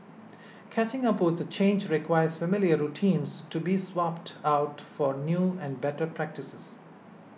catching up with change requires familiar routines to be swapped out for new and better practices